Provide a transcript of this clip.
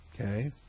Okay